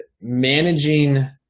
managing